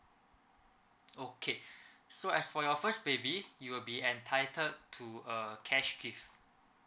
okay so as for your first baby you'll be entitled to a cash gift